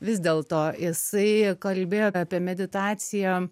vis dėlto jisai kalbėjo apie meditaciją